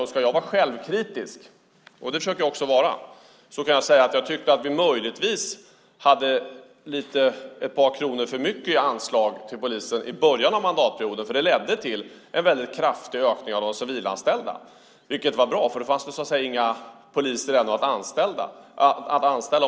Och ska jag vara självkritisk - det försöker jag också vara - kan jag säga att jag tyckte att vi möjligtvis hade ett par kronor för mycket i anslag till polisen i början av mandatperioden, för det ledde till en väldigt kraftig ökning av antalet civilanställda. Det var bra, för det fanns så att säga ännu inga poliser att anställa.